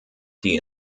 die